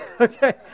Okay